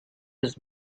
his